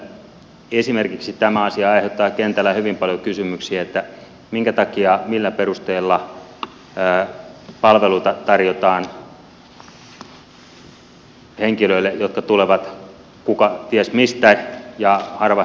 mutta kyllä toisaalta esimerkiksi tämä asia aiheuttaa kentällä hyvin paljon kysymyksiä että minkä takia ja millä perusteella palveluita tarjotaan henkilöille jotka tulevat ties mistä ja harva heistä tänne edes loppujen lopuksi jää